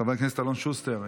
חבר הכנסת אלון שוסטר,